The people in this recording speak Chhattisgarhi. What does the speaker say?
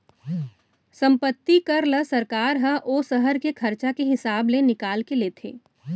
संपत्ति कर ल सरकार ह ओ सहर के खरचा के हिसाब ले निकाल के लेथे